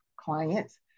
clients